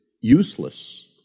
useless